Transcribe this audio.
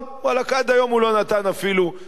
וואלכ, עד היום הוא לא נתן אפילו תשובה.